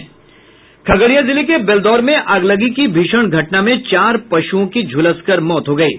खगड़िया जिले के बेलदौर में अगलगी की भीषण घटना में चार पशुओं की झुलसकर मौत हो गयी